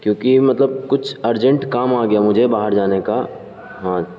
کیونکہ مطلب کچھ ارجنٹ کام آ گیا مجھے باہر جانے کا ہاں